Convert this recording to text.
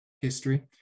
history